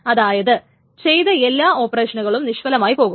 അതായത് ചെയ്ത എല്ലാ ഓപ്പറേഷനുകളും നിഷ്ഫലമായിപ്പോകും